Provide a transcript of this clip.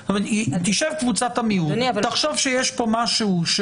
תשאל את קבוצת המיעוט, תחשוב שיש פה משהו.